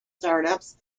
startups